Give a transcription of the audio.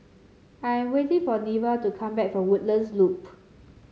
I am waiting for Neva to come back from Woodlands Loop